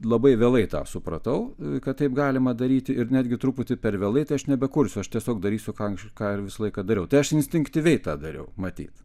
labai vėlai tą supratau kad taip galima daryti ir netgi truputį per vėlai tai aš nebekursiu aš tiesiog darysiu ką anksčiau ką ir visą laiką dariau tai aš instinktyviai tą dariau matyt